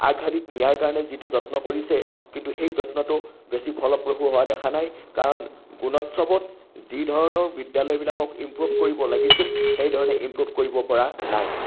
আগশাৰীত নিয়াৰ কাৰণে যিটো যত্ন কৰিছে কিন্তু সেই যত্নটো বেছি ফলপ্ৰসূ হোৱা দেখা নাই কাৰণ গুণোৎসৱত যি ধৰণৰ বিদ্যালয়বিলাকক ইমপ্ৰুভ কৰিব লাগিছিল সেই ধৰণে ইমপ্ৰুভ কৰিব পৰা নাই